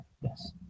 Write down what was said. yes